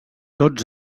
tots